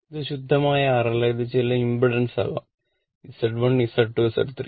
ഇത് ശുദ്ധമായ R അല്ല ഇത് ചില ഇമ്പേഡൻസ് ആകാം Z1 Z2 Z3